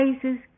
places